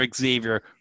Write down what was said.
Xavier